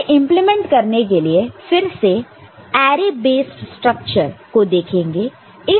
इसे इंप्लीमेंट करने के लिए फिर से अरे बेस्ट स्ट्रक्चर को देखेंगे